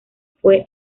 fue